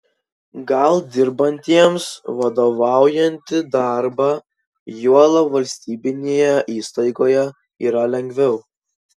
gal dirbantiems vadovaujantį darbą juolab valstybinėje įstaigoje yra lengviau